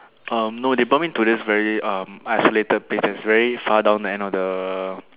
um no they brought me to this very um isolated place that's very far down the end of the